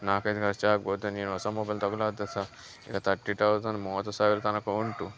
ನಾಲ್ಕೈದು ಖರ್ಚು ಆಗ್ಬೋದು ನೀವು ಹೊಸ ಮೊಬೈಲ್ ತಗೊಳ್ಳೋದು ಸಹ ಈಗ ತರ್ಟಿ ತೌಸಂಡ್ ಮೂವತ್ತು ಸಾವಿರ ತನಕ ಉಂಟು